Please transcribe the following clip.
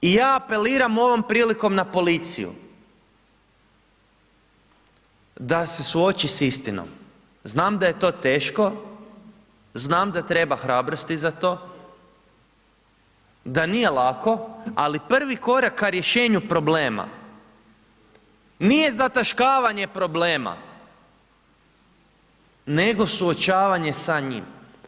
I ja apeliram ovom prilikom na policiju, da se suoči s istinom, znam da je to teško, znam da treba hrabrosti za to, da nije lako, ali prvi korak ka riješenu problema, nije zataškavanje problema, nego suočavanje sa njim.